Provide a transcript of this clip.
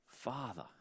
Father